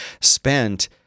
spent